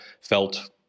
felt